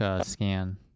scan